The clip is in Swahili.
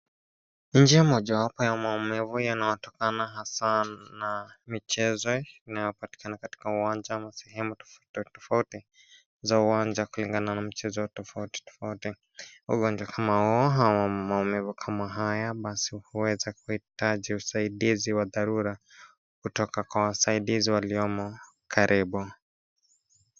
Njia moja wapo ya maumivu yanatokana hasa na michezo inayopatikana katika uwanja au sehemu tofauti tofauti za uwanja kulingana na michezo tofauti tofauti. Ugonjwa kama huo au maumivu kama hayo basi huweza kuhitaji usaidizi wa dharura kutoka kwa wasaidizi waliomo karibu.